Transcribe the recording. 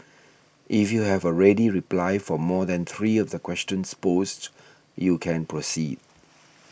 if you have a ready reply for more than three of the questions posed you can proceed